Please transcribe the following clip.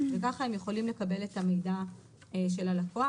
וכך הם יכולים לקבל את המידע של הלקוח.